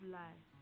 life